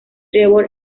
trevor